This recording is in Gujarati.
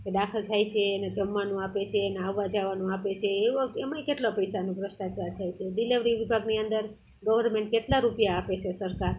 એ દાખલ થાય છે એને જમવાનું આપે છે એને આવવા જવાનું આપે છે એવા એમણે કેટલા પૈસાનો ભ્રષ્ટાચાર થાય છે ડિલેવરી વિભાગની અંદર ગર્વમેન્ટ કેટલા રૂપિયા આપે છે સરકાર